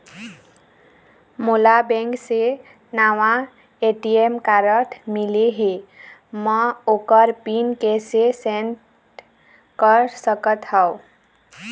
मोला बैंक से नावा ए.टी.एम कारड मिले हे, म ओकर पिन कैसे सेट कर सकत हव?